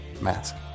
mask